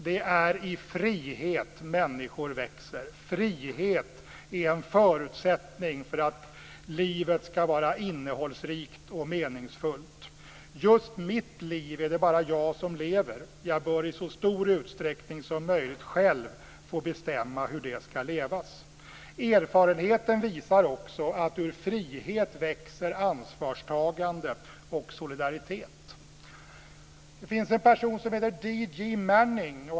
Det är i frihet som människor växer. Frihet är en förutsättning för att livet ska vara innehållsrikt och meningsfullt. Just mitt liv är det bara jag som lever. Jag bör i så stor utsträckning som möjligt själv få bestämma hur det ska levas. Erfarenheten visar också att det ur frihet växer ansvarstagande och solidaritet. Det finns en person som heter D.J. Manning.